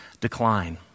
decline